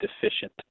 deficient